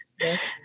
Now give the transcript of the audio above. Yes